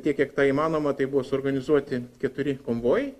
tiek kiek tą įmanoma tai buvo suorganizuoti keturi konvojai